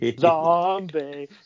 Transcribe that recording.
Zombie